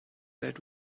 that